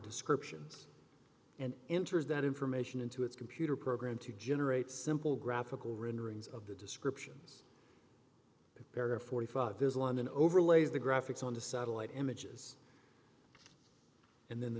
descriptions and enters that information into its computer program to generate simple graphical renderings of the descriptions of area forty five there's london overlays the graphics on the satellite images and then the